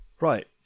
right